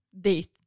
date